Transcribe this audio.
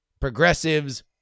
Progressives